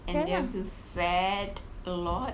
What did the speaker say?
and they will be fed a lot